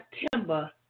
September